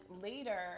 later